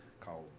called